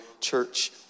church